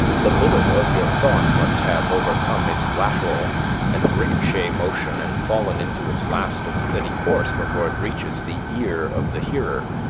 the bullet of your thought must have overcome its lateral and ricochet motion and fallen into its last and steady course before it reaches the ear of the hearer,